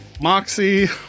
Moxie